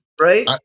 Right